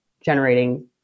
generating